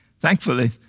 Thankfully